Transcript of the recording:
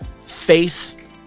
faith